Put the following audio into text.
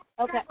okay